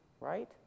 right